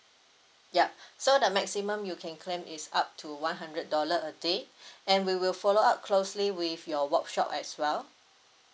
ya so the maximum you can claim is up to one hundred dollar a day and we will follow up closely with your workshop as well